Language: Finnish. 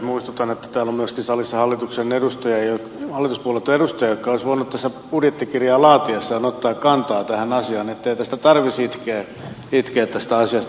muistutan että täällä on myöskin salissa hallituspuolueitten edustajia jotka olisivat voineet budjettikirjaa laatiessaan ottaa kantaa tähän asiaan ettei tarvitsisi itkeä tästä asiasta